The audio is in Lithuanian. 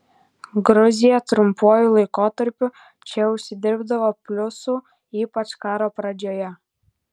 gruzija trumpuoju laikotarpiu čia užsidirbdavo pliusų ypač karo pradžioje